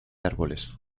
árboles